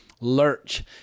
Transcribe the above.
Lurch